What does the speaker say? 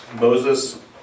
Moses